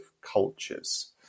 cultures